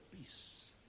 peace